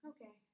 Okay